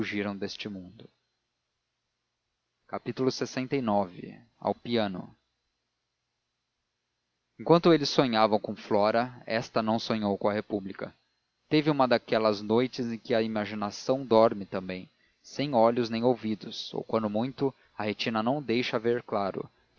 fugiram deste mundo lxix ao piano enquanto eles sonhavam com flora esta não sonhou com a república teve uma daquelas noites em que a imaginação dorme também sem olhos nem ouvidos ou quando muito a retina não deixa ver claro